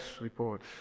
reports